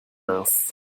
mince